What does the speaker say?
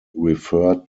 referred